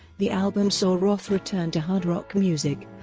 the album saw roth return to hard rock music,